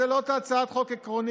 זו לא הצעת חוק עקרונית,